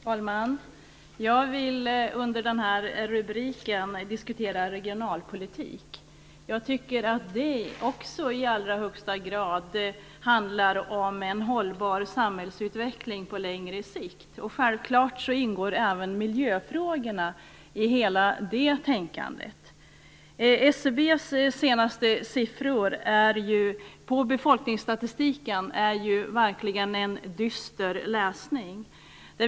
Fru talman! Jag vill under den här rubriken diskutera regionalpolitik. Jag tycker att även det i allra högsta grad handlar om en hållbar samhällsutveckling på längre sikt. Självfallet ingår också miljöfrågorna i hela det tänkandet. SCB:s senaste siffror när det gäller befolkningsstatistiken är verkligen en dyster läsning.